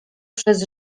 przez